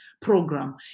program